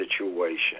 situation